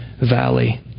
valley